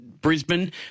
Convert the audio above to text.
Brisbane